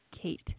Kate